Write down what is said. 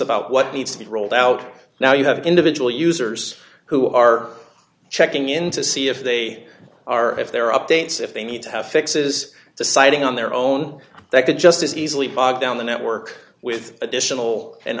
about what needs to be rolled out now you have individual users who are checking in to see if they are if there are updates if they need to have fixes deciding on their own they could just as easily bog down the network with additional and